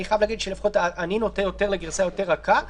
אני נוטה יותר לגרסה רכה יותר,